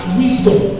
wisdom